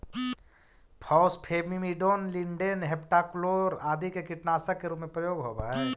phosphamidon, lindane, heptachlor आदि के कीटनाशक के रूप में प्रयोग होवऽ हई